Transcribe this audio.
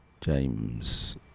James